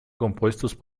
compuestos